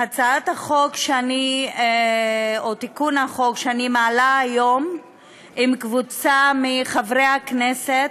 הצעת החוק או תיקון החוק שאני מעלה היום הוא עם קבוצה של חברי הכנסת: